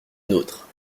notre